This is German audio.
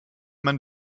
man